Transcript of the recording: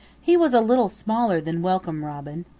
he was a little smaller than welcome robin.